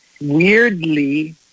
weirdly